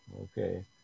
okay